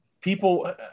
people